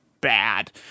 bad